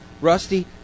Rusty